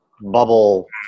bubble